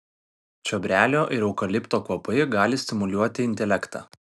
čiobrelio ir eukalipto kvapai gali stimuliuoti intelektą